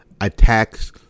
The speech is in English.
attacks